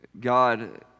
God